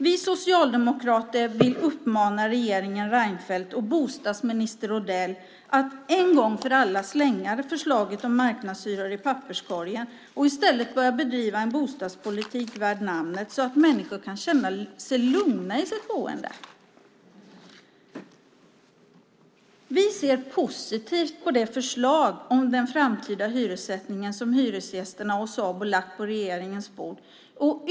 Vi socialdemokrater vill uppmana regeringen Reinfeldt och bostadsminister Odell att en gång för alla slänga förslaget om marknadshyror i papperskorgen och i stället börja bedriva en bostadspolitik värd namnet så att människor kan känna sig lugna i sitt boende. Vi ser positivt på det förslag om den framtida hyressättningen som Hyresgästföreningen och Sabo lagt på regeringens bord.